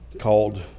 called